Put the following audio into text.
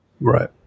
Right